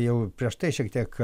jau prieš tai šiek tiek